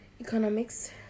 Economics